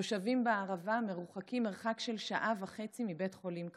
תושבים בערבה מרוחקים מרחק של שעה וחצי מבית חולים קרוב.